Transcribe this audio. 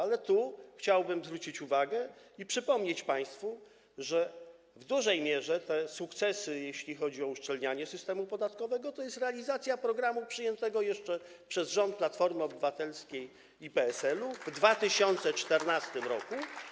Ale tu chciałbym zwrócić uwagę, i przypomnieć państwu, że w dużej mierze te sukcesy, jeśli chodzi o uszczelnianie systemu podatkowego, to jest realizacja programu przyjętego jeszcze przez rząd Platformy Obywatelskiej i PSL-u w 2014 r.